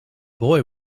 boy